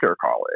college